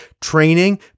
Training